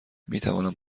میتوانم